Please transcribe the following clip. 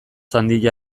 handia